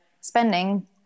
spending